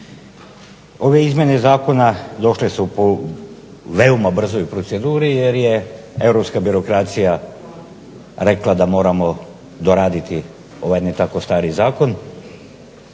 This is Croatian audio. Ove izmjene zakona došle su po veoma brzoj proceduri, jer je europska birokracija rekla da moramo doraditi ovaj ne tako stari zakon.